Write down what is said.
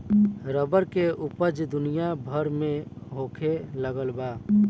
rubber के ऊपज दुनिया भर में होखे लगल बा